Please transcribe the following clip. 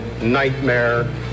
nightmare